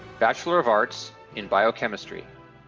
bachelor of arts in biochemistry.